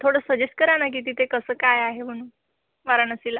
थोडं सजेस्ट करा नं की तिथे कसं काय आहे म्हणून वाराणसीला